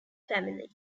family